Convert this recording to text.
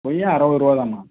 கொய்யா அறுபது ரூவாதாம்மா